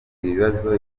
ibibazo